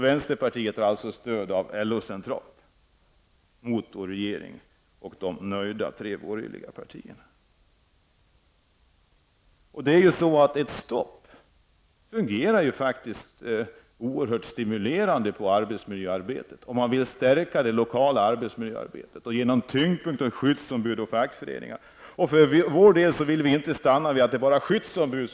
Vänsterpartiet har alltså stöd av LO centralt, mot regeringens förslag och mot tre nöjda borgerliga partierna. Om man vill stärka det lokala arbetsmiljöarbetet, och lägga tyngdpunkten på syddsombud och fackföreningar är ett stopp faktiskt oerhört stimulerande.